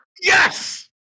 Yes